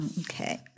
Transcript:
Okay